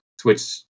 switch